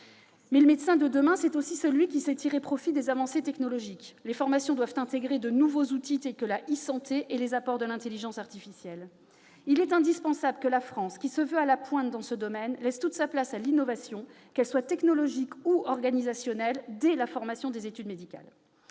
Le médecin de demain, c'est aussi celui qui sait tirer profit des avancées technologiques. Les formations doivent intégrer de nouveaux outils tels que l'« e-santé » et les apports de l'intelligence artificielle. Il est indispensable que la France, qui se veut à la pointe dans ce domaine, laisse toute sa place à l'innovation, que celle-ci soit technologique ou organisationnelle, dès les études médicales.